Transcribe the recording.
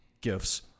gifts